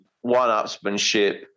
one-upsmanship